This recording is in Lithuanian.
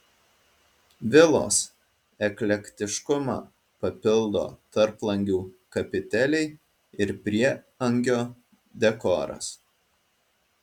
vilos eklektiškumą papildo tarplangių kapiteliai ir prieangio dekoras